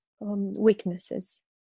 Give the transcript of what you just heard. weaknesses